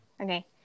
Okay